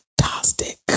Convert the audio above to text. fantastic